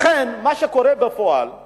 לכן, מה שקורה בפועל הוא